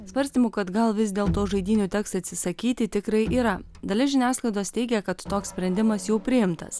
svarstymų kad gal vis dėlto žaidynių teks atsisakyti tikrai yra dalis žiniasklaidos teigia kad toks sprendimas jau priimtas